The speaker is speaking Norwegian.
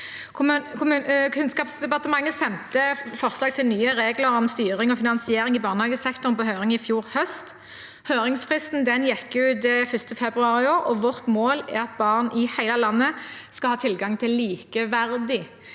Kunnskapsdepartementet sendte forslag til nye regler om styring og finansiering i barnehagesektoren på høring i fjor høst. Høringsfristen gikk ut 1. februar i år, og vårt mål er at barn i hele landet skal ha tilgang til likeverdige